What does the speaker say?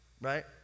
Right